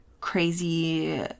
crazy